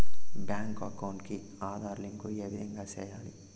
Bank account కి Aadhaar link ఏ విధంగా సెయ్యాలి?